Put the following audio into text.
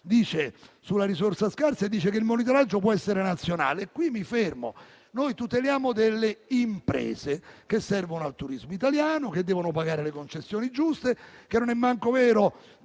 che sulla risorsa scarsa il monitoraggio può essere nazionale. E qui mi fermo. Noi tuteliamo delle imprese, che servono al turismo italiano e che devono pagare le concessioni giuste. Non è neanche vero